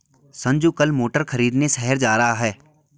संजू कल मोटर खरीदने शहर जा रहा है